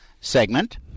segment